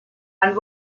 and